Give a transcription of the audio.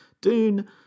dune